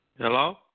Hello